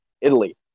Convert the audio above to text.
Italy